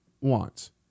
wants